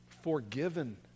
forgiven